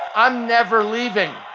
i'm never leaving.